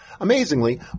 Amazingly